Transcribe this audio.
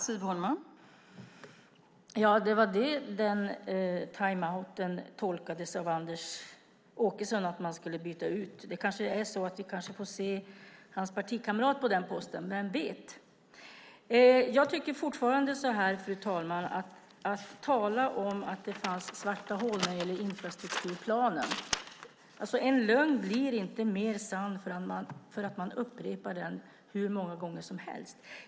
Fru talman! Det var så timeouten tolkades av Anders Åkesson - att man ska byta ut ledningen. Vi kanske får se hans partikamrat på den posten, vem vet. När det gäller talet om att det fanns svarta hål i infrastrukturplanen blir en lögn inte mer sann för att man upprepar den hur många gånger som helst.